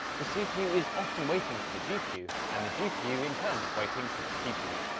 the cpu is often waiting for the gpu, and the gpu in turn waiting for the cpu.